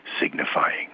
signifying